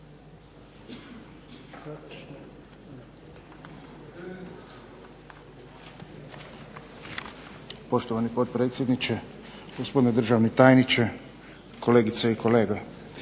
Poštovani potpredsjedniče, gospodine državni tajniče, kolegice i kolege.